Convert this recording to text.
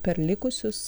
per likusius